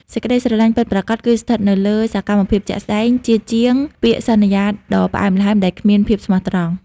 សេចក្ដីស្រឡាញ់ពិតប្រាកដគឺស្ថិតនៅលើ «សកម្មភាពជាក់ស្ដែង» ជាជាងពាក្យសន្យាដ៏ផ្អែមល្ហែមដែលគ្មានភាពស្មោះត្រង់។